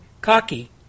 cocky